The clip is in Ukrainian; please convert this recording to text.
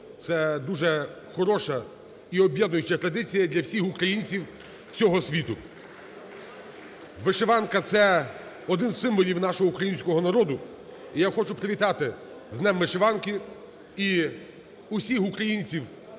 Це дуже хороша і об'єднуюча традиція для всіх українців всього світу. Вишиванка – це один із символів нашого українського народу. І я хочу привітати з Днем вишиванки і усіх українців